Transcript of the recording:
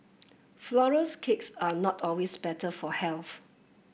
flourless cakes are not always better for health